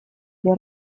для